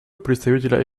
представителя